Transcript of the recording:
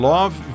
Love